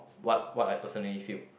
what what I personally feel